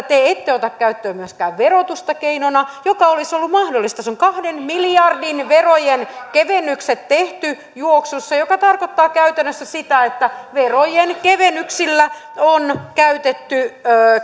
te ette ota käyttöön myöskään verotusta keinona mikä olisi ollut mahdollista on kahden miljardin verojen kevennykset tehty juoksussa mikä tarkoittaa käytännössä sitä että verojen kevennyksillä on käytetty